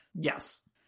Yes